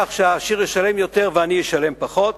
כך שהעשיר ישלם יותר והעני ישלם פחות.